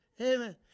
Amen